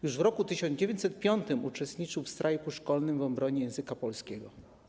Już w roku 1905 uczestniczył w strajku szkolnym w obronie języka polskiego.